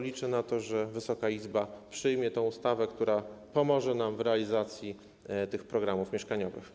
Liczę na to, że Wysoka Izba przyjmie tę ustawę, która pomoże nam w realizacji tych programów mieszkaniowych.